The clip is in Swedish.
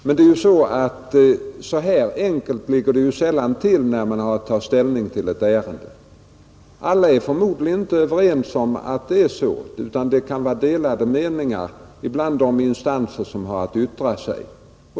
Men så enkelt ligger det sällan till när man skall ta ställning i ett ärende, Alla är förmodligen inte överens om att det är så, utan det kan råda delade meningar mellan de instanser som skall yttra sig.